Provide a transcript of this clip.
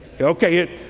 Okay